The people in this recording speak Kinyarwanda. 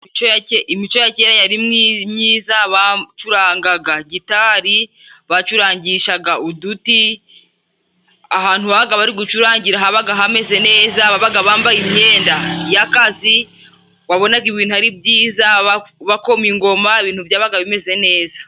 Imico ya kera yari myiza bacurangaga gitari, bacurangishaga uduti, ahantu babaga bari gucurangira habaga hameze neza babaga bambaye imyenda y'akazi wabonaga ibintu ari byiza bakoma ingoma, ibintu byabaga bimeze neza.